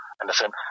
Understand